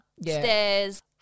stairs